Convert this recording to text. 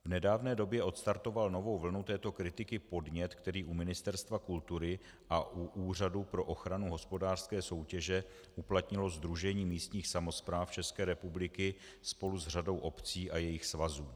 V nedávné době odstartoval novou vlnu této kritiky podnět, který u Ministerstva kultury a u Úřadu pro ochranu hospodářské soutěže uplatnilo Sdružení místních samospráv České republiky spolu s řadou obcí a jejich svazů.